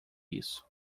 isso